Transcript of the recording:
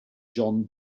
john